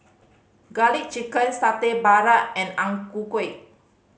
Garlic Chicken Satay Babat and Ang Ku Kueh